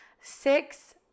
six